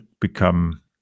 become